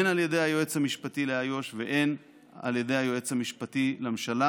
הן על ידי היועץ המשפטי לאיו"ש והן על ידי היועץ המשפטי לממשלה,